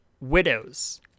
Widows